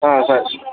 సరే